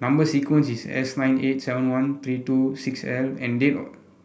number sequence is S nine eight seven one three two six L and date